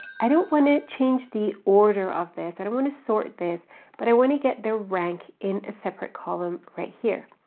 i don't wanna change the order of this, i don't wanna sort this but i wanna get their rank in a separate column right here.